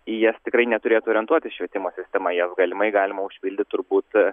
į jas tikrai neturėtų orientuotis švietimo sistema jas galimai galima užpildyt turbūt